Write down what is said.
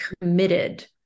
committed